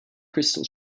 crystal